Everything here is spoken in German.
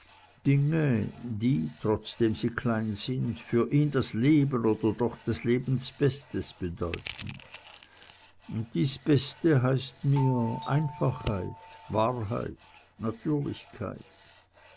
dinge die trotzdem sie klein sind für ihn das leben oder doch des lebens bestes bedeuten und dies beste heißt mir einfachheit wahrheit natürlichkeit